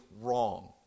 wrong